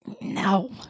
no